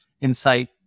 insight